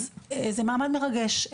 אז זה מעמד מרגש,